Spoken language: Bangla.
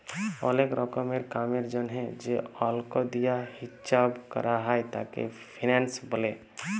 ওলেক রকমের কামের জনহে যে অল্ক দিয়া হিচ্চাব ক্যরা হ্যয় তাকে ফিন্যান্স ব্যলে